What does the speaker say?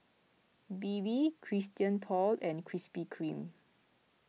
Bebe Christian Paul and Krispy Kreme